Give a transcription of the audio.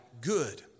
good